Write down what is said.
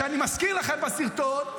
אני מזכיר לכם מהסרטון,